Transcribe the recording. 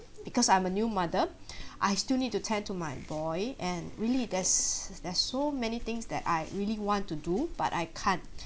because I'm a new mother I still need to tend to my boy and really there's there's so many things that I really want to do but I can't